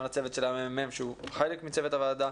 גם לצוות של הממ"מ שהוא חלק מצוות הוועדה,